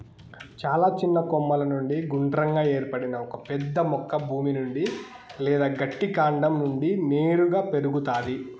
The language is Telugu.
చాలా చిన్న కొమ్మల నుండి గుండ్రంగా ఏర్పడిన ఒక పెద్ద మొక్క భూమి నుండి లేదా గట్టి కాండం నుండి నేరుగా పెరుగుతాది